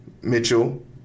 Mitchell